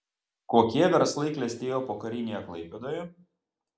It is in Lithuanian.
kokie verslai klestėjo pokarinėje klaipėdoje